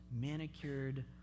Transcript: manicured